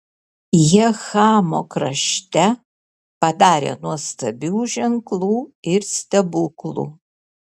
jie chamo krašte padarė nuostabių ženklų ir stebuklų